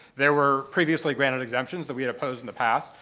there were previously granted exemptions that we had opposed in the past.